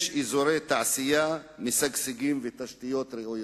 יש אזורי תעשייה משגשגים ותשתיות ראויות.